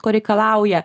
ko reikalauja